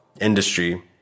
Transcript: industry